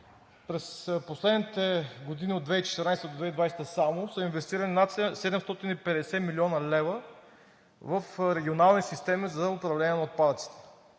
през последните години – от 2014 г. до 2020 г., само са инвестирани над 750 млн. лв. в регионални системи за управление на отпадъците.